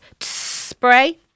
spray